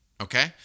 okay